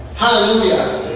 Hallelujah